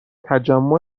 تجمع